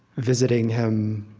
visiting him,